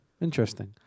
interesting